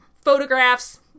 photographs